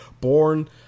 born